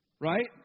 Right